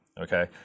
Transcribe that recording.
okay